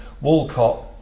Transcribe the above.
Walcott